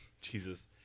Jesus